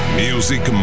music